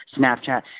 Snapchat